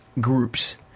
groups